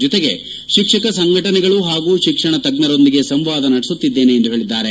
ಜೊತೆಗೆ ಶಿಕ್ಷಕ ಸಂಘಟನೆಗಳು ಹಾಗೂ ಶಿಕ್ಷಣ ತಜ್ಞರೊಂದಿಗೆ ಸಂವಾದ ನಡೆಸುತ್ತಿದ್ದೇನೆ ಎಂದು ಹೇಳಿದ್ದಾರೆ